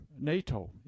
NATO